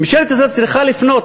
ממשלת ישראל צריכה לפנות,